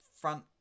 front